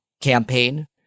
campaign